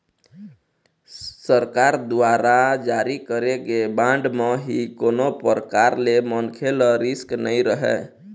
सरकार दुवारा जारी करे गे बांड म ही कोनो परकार ले मनखे ल रिस्क नइ रहय